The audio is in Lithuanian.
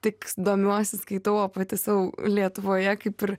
tik domiuosi skaitau o pati sau lietuvoje kaip ir